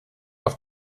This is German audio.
auf